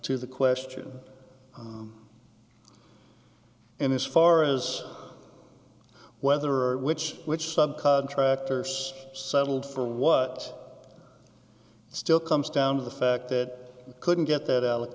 to the question and as far as whether or which which sub contractors settled for what still comes down to the fact that we couldn't get that out